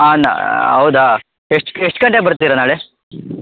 ಆಂ ನಾನು ಹೌದಾ ಎಷ್ಟು ಎಷ್ಟು ಗಂಟೆಗೆ ಬರ್ತೀರ ನಾಳೆ